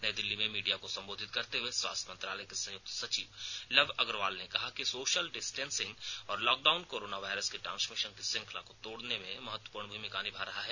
नई दिल्ली में मीडिया को संबोधित करते हुए स्वास्थ्य मंत्रालय के संयुक्त सचिव लव अग्रवाल ने कहा कि सोशल डिस्टेंसिंग और लॉकडाउन कोरोना वायरस की ट्रांसमिशन की श्रृंखला को तोड़ने में महत्वपूर्ण भूमिका निभा रहा है